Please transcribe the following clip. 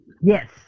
yes